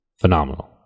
phenomenal